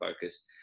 focus